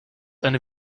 eine